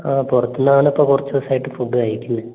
ആ പുറത്തുനിന്നാണ് ഇപ്പോൾ കുറച്ച് ദിവസമായിട്ട് ഫുഡ് കഴിക്കുന്നത്